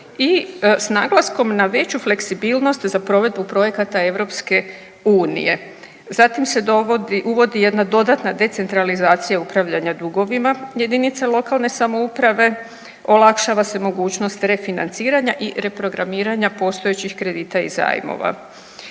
i s naglasnom na veću fleksibilnost za provedbu projekata EU. Zatim se dovodi, uvodi jedna dodatna decentralizacija upravljanja dugovima jedinica lokalne samouprave, olakšava se mogućnost refinanciranja i reprogramiranja postojećih kredita i zajmova.